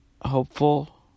hopeful